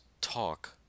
talk